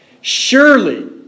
Surely